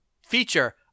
feature